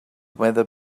weather